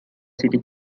city